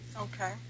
Okay